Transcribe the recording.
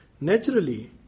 naturally